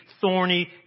thorny